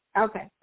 Okay